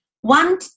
one